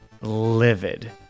livid